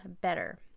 better